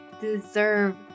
deserve